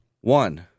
One